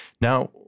Now